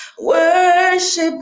worship